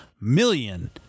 million